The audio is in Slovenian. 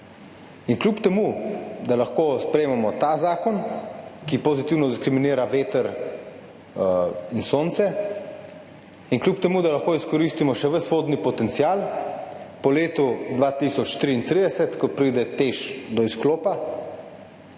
In kljub temu da lahko sprejmemo ta zakon, ki pozitivno diskriminira veter in sonce, in kljub temu, da lahko izkoristimo še ves vodni potencial po letu 2033, ko pride do izklopa